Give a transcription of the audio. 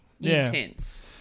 intense